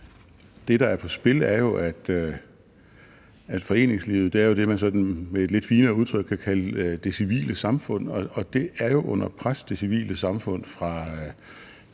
det, der er på spil, er, at foreningslivet er det, man sådan med et lidt finere udtryk kan kalde det civile samfund, og det civile samfund er